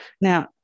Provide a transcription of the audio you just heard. Now